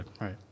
Right